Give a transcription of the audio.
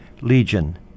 legion